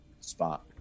spot